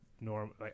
normal